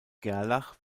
gerlach